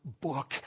book